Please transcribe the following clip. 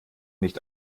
nicht